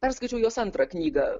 perskaičiau jos antrą knygą